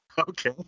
Okay